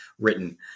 written